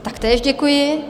Taktéž děkuji.